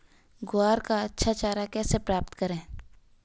ग्वार का अच्छा चारा कैसे प्राप्त करें?